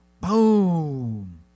Boom